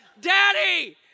Daddy